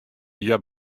hja